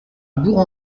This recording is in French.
bourg